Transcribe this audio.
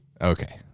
Okay